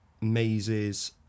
mazes